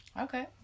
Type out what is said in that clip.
Okay